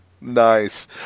Nice